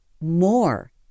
more